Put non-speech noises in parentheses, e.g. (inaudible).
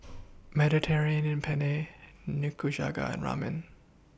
(noise) Mediterranean Penne Nikujaga and Ramen